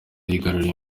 yigaruriye